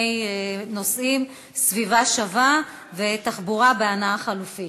נושאים: "סביבה שווה" ותחבורה בהנעה חלופית.